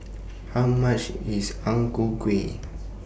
How much IS Ang Ku Kueh